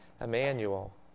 Emmanuel